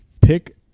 pick